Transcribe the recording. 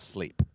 Sleep